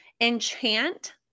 Enchant